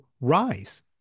rise